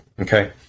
okay